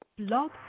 Love